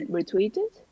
retweeted